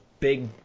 Big